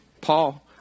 Paul